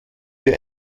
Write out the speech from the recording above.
wir